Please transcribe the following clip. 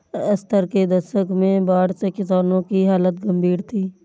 सत्तर के दशक में बाढ़ से किसानों की हालत गंभीर थी